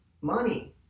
money